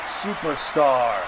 superstar